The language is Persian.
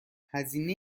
هزینه